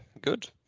good